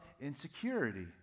insecurity